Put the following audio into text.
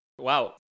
Wow